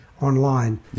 online